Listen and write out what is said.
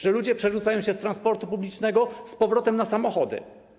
Że ludzie przerzucają się z transportu publicznego z powrotem na samochody.